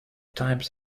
times